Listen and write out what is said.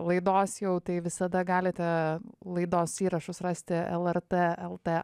laidos jau tai visada galite laidos įrašus rasti lrt lt